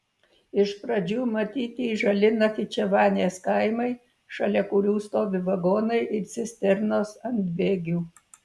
iš pradžių matyti žali nachičevanės kaimai šalia kurių stovi vagonai ir cisternos ant bėgių